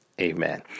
Amen